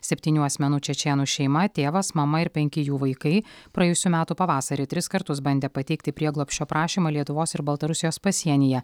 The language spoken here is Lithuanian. septynių asmenų čečėnų šeima tėvas mama ir penki jų vaikai praėjusių metų pavasarį tris kartus bandė pateikti prieglobsčio prašymą lietuvos ir baltarusijos pasienyje